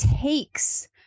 takes